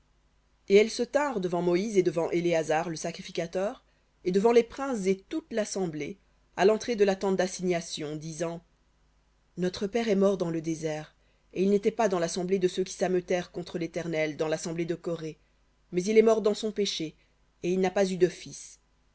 et elles se tinrent devant moïse et devant éléazar le sacrificateur et devant les princes et toute l'assemblée à l'entrée de la tente d'assignation disant notre père est mort dans le désert et il n'était pas dans l'assemblée de ceux qui s'ameutèrent contre l'éternel dans l'assemblée de coré mais il est mort dans son péché et il n'a pas eu de fils